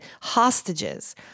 hostages